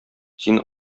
син